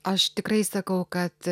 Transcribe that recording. aš tikrai sakau kad